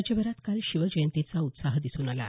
राज्यभरात काल शिवजयंतीचा उत्साह दिसून आला